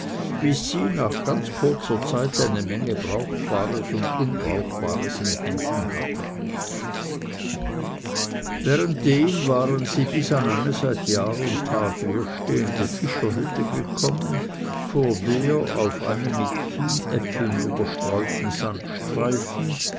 bis sie nach ganz kurzer zeit eine menge brauchbares und unbrauchbares in händen hatte währenddem waren sie bis an eine seit jahr und tag leerstehende fischerhütte gekommen vor der auf einem mit